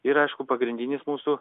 ir aišku pagrindinis mūsų